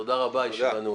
תודה רבה, הישיבה נעולה.